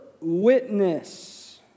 witness